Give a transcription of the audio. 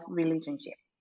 relationship